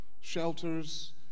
shelters